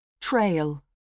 Trail